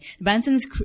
Benson's